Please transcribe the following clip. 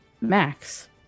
max